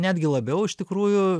netgi labiau iš tikrųjų